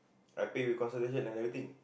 I pay with consolation and everything